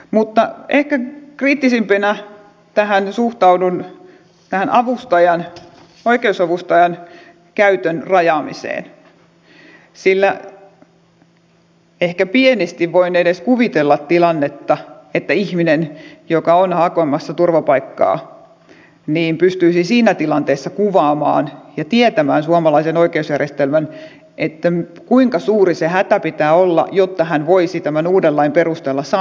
mutta ehkä kriittisimpänä suhtaudun tähän oikeusavustajan käytön rajaamiseen sillä ehkä pienesti voin edes kuvitella tilannetta pystyykö ihminen joka on hakemassa turvapaikkaa siinä tilanteessa kuvaamaan ja tietämään suomalaisen oikeusjärjestelmän että kuinka suuri sen hädän pitää olla jotta hän voisi tämän uuden lain perusteella saada oikeusapua